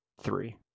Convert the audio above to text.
three